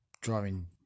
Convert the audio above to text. driving